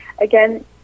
again